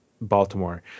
baltimore